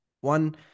One